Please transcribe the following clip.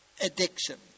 addiction